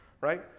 right